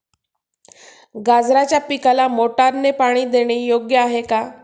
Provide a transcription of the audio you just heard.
गाजराच्या पिकाला मोटारने पाणी देणे योग्य आहे का?